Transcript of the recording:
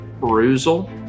perusal